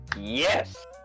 Yes